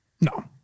No